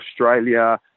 Australia